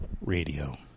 Radio